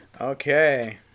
okay